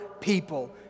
people